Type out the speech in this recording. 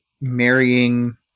marrying